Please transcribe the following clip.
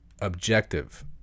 objective